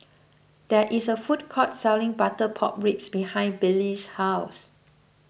there is a food court selling Butter Pork Ribs behind Billie's house